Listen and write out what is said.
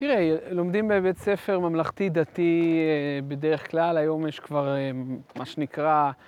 תראה, לומדים בבית ספר ממלכתי-דתי בדרך כלל, היום יש כבר מה שנקרא...